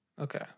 Okay